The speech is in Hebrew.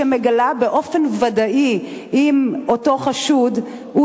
שמגלה באופן ודאי אם אותו חשוד הוא